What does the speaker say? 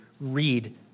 read